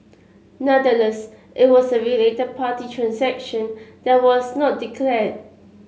nonetheless it was a related party transaction that was not declared